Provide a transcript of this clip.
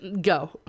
go